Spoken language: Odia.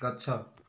ଗଛ